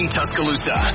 Tuscaloosa